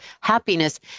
happiness